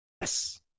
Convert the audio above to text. Yes